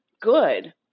good